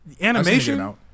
Animation